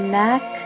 neck